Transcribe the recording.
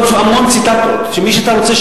יש עוד הרבה ציטטות של מי שאתה רוצה,